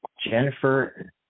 Jennifer